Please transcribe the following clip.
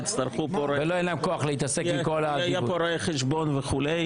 יצטרכו פה רואה חשבון וכו'.